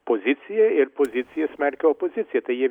poziciją ir pozicija smerkia opoziciją tai jie